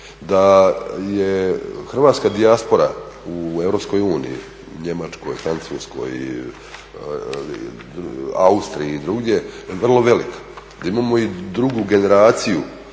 da je hrvatska dijaspora u Europskoj uniji, Njemačkoj, Francuskoj, Austriji i drugdje vrlo velika. Da imamo i drugu generaciju